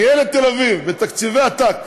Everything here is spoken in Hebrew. אני חושב, ניהל את תל אביב בתקציבי עתק,